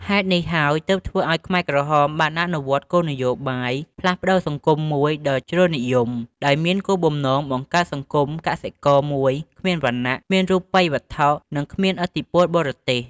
ហេតុនេះហើយទើបធ្វើឲ្យខ្មែរក្រហមបានអនុវត្តគោលនយោបាយផ្លាស់ប្ដូរសង្គមមួយដ៏ជ្រុលនិយម ដោយមានគោលបំណងបង្កើតសង្គមកសិករមួយគ្មានវណ្ណៈ គ្មានរូបិយវត្ថុ និងគ្មានឥទ្ធិពលបរទេស។